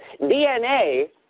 DNA